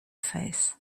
face